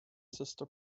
sister